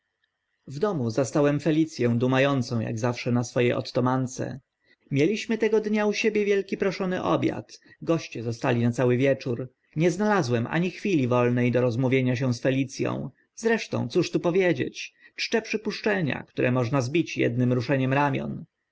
w domu zastałem felic ę duma ącą ak zawsze na swo e otomance mieliśmy tego dnia u siebie wielki proszony obiad goście zostali na cały wieczór nie znalazłem ani chwili wolne do rozmówienia się z felic ą zresztą cóż tu powiedzieć czcze przypuszczenia które mogła zbić ednym ruszeniem ramion